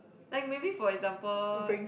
like maybe for example